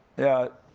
yeah,